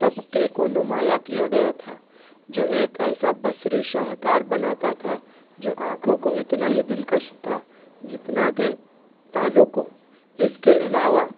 طبقے کو نمایا کیا گیا تھا جو ایک ایسا بصری شاہکار بناتا تھا جو آنکھوں کو اتنا ہی دلکش تھا جتنا کہ تالو کو اس کے علاوہ